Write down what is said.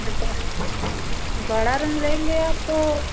जब बड़ा बड़ा रूम लेंगे आप तो